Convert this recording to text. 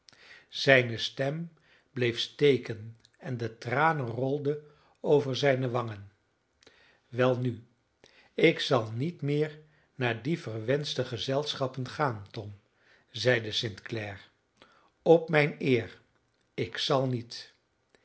zijne stem bleef steken en de tranen rolden over zijne wangen welnu ik zal niet meer naar die verwenschte gezelschappen gaan tom zeide st clare op mijn eer ik zal niet